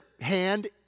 hand